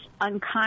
unconscious